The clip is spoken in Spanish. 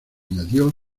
añadió